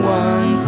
one